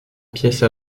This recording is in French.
pièce